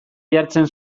jartzen